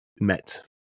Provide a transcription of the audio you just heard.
met